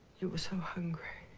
you were so hungry